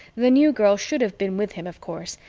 the new girl should have been with him, of course,